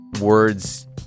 Words